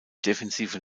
defensive